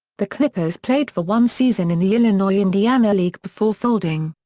the clippers played for one season in the illinois-indiana league before folding.